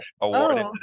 awarded